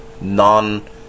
non